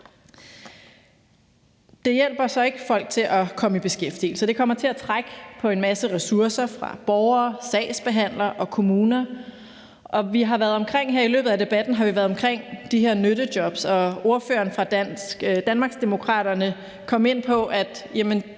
Det hjælper så ikke folk til at komme i beskæftigelse, og det kommer til at trække på en masse ressourcer fra borgere, sagsbehandlere og kommuner. Her i løbet af debatten har vi været omkring de her nyttejobs, og ordføreren fra Danmarksdemokraterne kom ind på, at